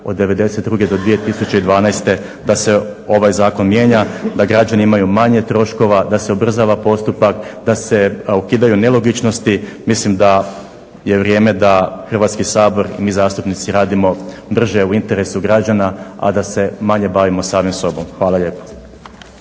od 92. do 2012. da se ovaj zakon mijenja, da građani imaju manje troškova, da se ubrzava postupak, da se ukidaju nelogičnosti. Mislim da je vrijeme da Hrvatski sabor i mi zastupnici radimo brže, a u interesu građana, a da se manje bavimo sami sobom. Hvala lijepo.